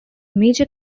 major